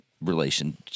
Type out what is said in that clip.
relation